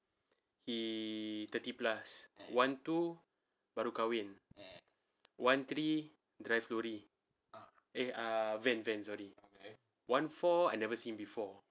he thirty plus wan tu baru kahwin wan three drive lorry eh err van van sorry wan four I never seen before